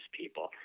people